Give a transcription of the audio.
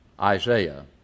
Isaiah